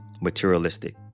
materialistic